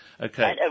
Okay